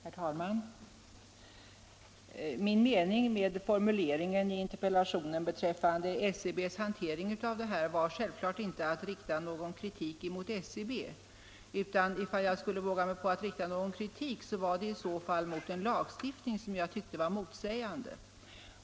Herr talman! Min mening med formuleringen i interpellationen beträffande SCB:s hantering av detta var självklart inte att rikta någon kritik mot SCB. Ifall jag skulle våga mig på att rikta någon kritik var det i så fall mot en lagstiftning som jag tyckte var motsägande.